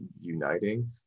uniting